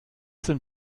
sind